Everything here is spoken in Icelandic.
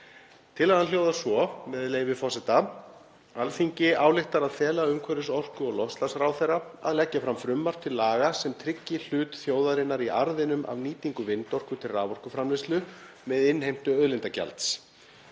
Tillagan hljóðar svo, með leyfi forseta: „Alþingi ályktar að fela umhverfis-, orku- og loftslagsráðherra að leggja fram frumvarp til laga sem tryggi hlut þjóðarinnar í arðinum af nýtingu vindorku til raforkuframleiðslu með innheimtu auðlindagjalds.